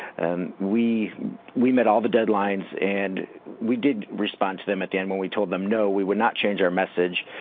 and we we met all the deadlines and we did respond to them at the end when we told them, no, we would not change our message.